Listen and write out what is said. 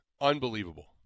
unbelievable